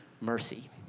mercy